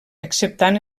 acceptant